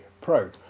Pro